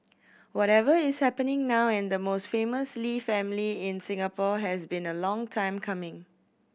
whatever is happening now in the most famous Lee family in Singapore has been a long time coming